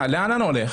לאן אני הולך?